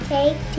Take